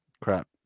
crap